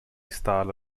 style